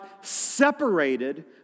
separated